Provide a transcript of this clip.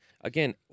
Again